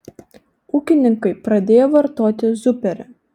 ūkininkai pradėjo vartoti zuperį